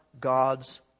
God's